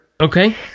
Okay